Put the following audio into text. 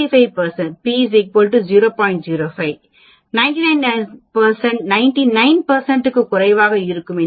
05 99 க்கும் குறைவாக இருக்கும் p 0